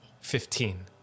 Fifteen